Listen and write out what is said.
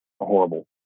horrible